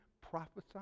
prophesied